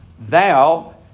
Thou